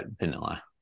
vanilla